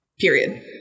Period